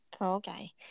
Okay